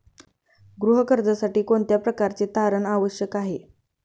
गृह कर्जासाठी कोणत्या प्रकारचे तारण आवश्यक आहे?